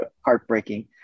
heartbreaking